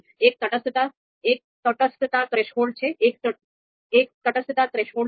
એક તટસ્થતા થ્રેશોલ્ડ છે